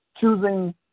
choosing